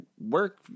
work